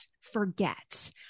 forget